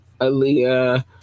Aaliyah